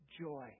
joy